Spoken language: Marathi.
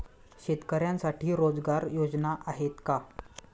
शेतकऱ्यांसाठी रोजगार योजना आहेत का?